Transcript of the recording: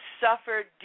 suffered